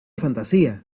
fantasía